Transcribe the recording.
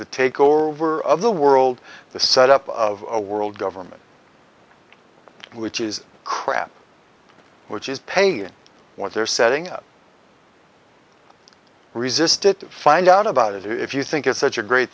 the takeover of the world the set up of a world government which is crap which is paying what they're setting up resisted to find out about it if you think it's such a great